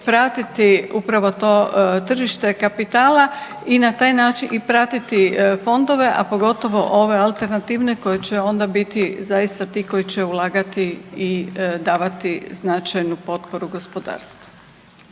pratiti upravo to tržište kapitala i pratiti fondove, a pogotovo ove alternativne koji će onda biti zaista ti koji će ulagati i davati značajnu potporu gospodarstvu.